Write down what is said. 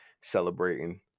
celebrating